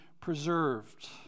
preserved